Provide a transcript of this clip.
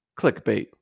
clickbait